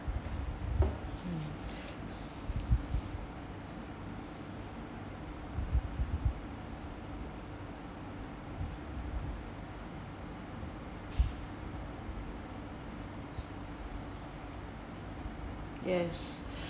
yes